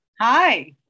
Hi